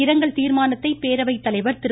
இரங்கல் தீர்மானத்தை பேரவை தலைவர் திரு